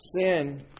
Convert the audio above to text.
sin